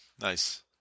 Nice